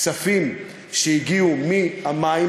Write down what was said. כספים שהגיעו מהמים,